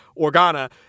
Organa